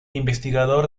investigador